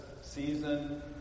season